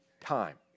time